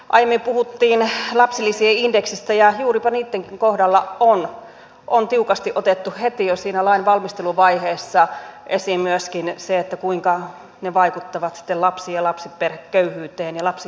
aiemmin puhuttiin lapsilisien indeksistä ja juuripa niittenkin kohdalla on tiukasti otettu heti jo siinä lain valmisteluvaiheessa esiin myöskin se kuinka ne vaikuttavat sitten lapsiin ja lapsiperheköyhyyteen ja lapsiköyhyyteen